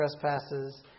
trespasses